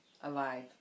Alive